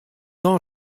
dan